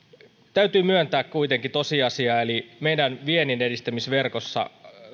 täytyy kuitenkin myöntää tosiasia eli meidän vienninedistämisverkostossamme